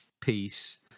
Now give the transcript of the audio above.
piece